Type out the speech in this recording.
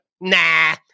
nah